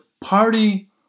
party